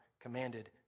commanded